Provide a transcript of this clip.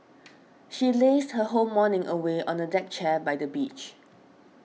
she lazed her whole morning away on a deck chair by the beach